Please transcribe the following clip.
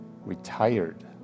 retired